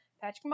Patrick